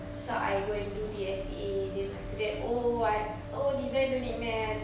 so I go and do D_S_C_A then after that oh I oh design don't need math